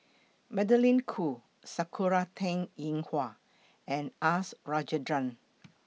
Magdalene Khoo Sakura Teng Ying Hua and US Rajendran